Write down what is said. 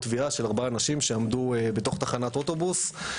תביעה של ארבעה אנשים שעמדו בתוך תחנת אוטובוס,